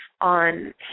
on